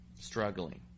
struggling